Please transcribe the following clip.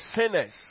sinners